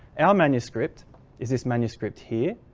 our manuscript is this manuscript here.